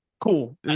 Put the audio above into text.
Cool